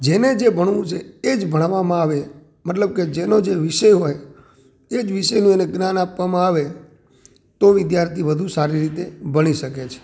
જેને જે ભણવું છે એ જ ભણાવામાં આવે મતલબ કે જેનો જે વિષય હોય એ જ વિષયનું એને જ્ઞાન આપવામાં આવે તો વિદ્યાર્થી વધુ સારી રીતે ભણી શકે છે